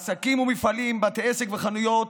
עסקים ומפעלים, בתי עסק וחנויות,